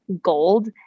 gold